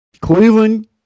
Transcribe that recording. Cleveland